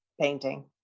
painting